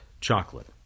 chocolate